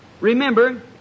remember